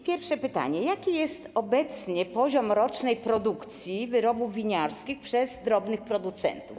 Pierwsze pytanie: Jaki jest obecnie poziom rocznej produkcji wyrobów winiarskich przez drobnych producentów?